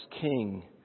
king